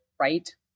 right